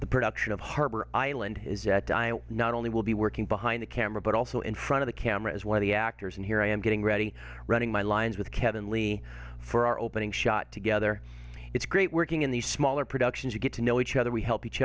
the production of harbor island is that i not only will be working behind the camera but also in front of the camera as one of the actors and here i am getting ready running my lines with kevin lee for our opening shot together it's great working in these smaller productions you get to know each other we help each